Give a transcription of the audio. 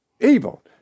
evil